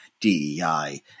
DEI